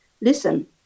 Listen